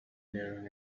during